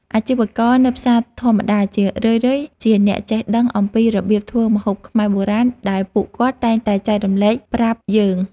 អាជីវករនៅផ្សារធម្មតាជារឿយៗជាអ្នកចេះដឹងអំពីរបៀបធ្វើម្ហូបខ្មែរបុរាណដែលពួកគាត់តែងតែចែករំលែកប្រាប់យើង។